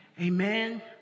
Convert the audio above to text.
Amen